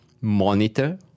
monitor